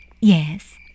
Yes